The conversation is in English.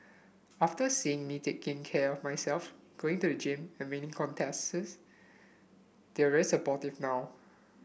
after seeing me taking care of myself going to the gym and winning contests they're rare supportive now